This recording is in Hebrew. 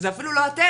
שזה אפילו לא אתם,